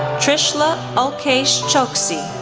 trishla alkesh chokshi,